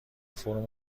فرم